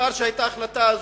לאחר שהיתה ההחלטה הזאת,